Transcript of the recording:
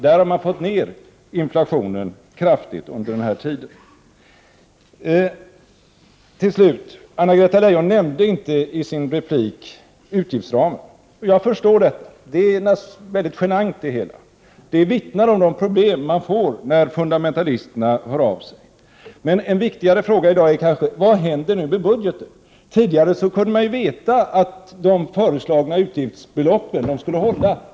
Där har man fått ner inflationen kraftigt under den här tiden. Till slut: Anna-Greta Leijon nämnde inte i sin replik utgiftsramen, och jag förstår detta. Naturligtvis är det hela väldigt genant. Det vittnar om de problem man får när fundamentalisterna hör av sig. Men en viktigare fråga i dag är kanske: Vad händer nu med budgeten? Tidigare kunde man ju veta att de föreslagna utgiftsbeloppen skulle hålla.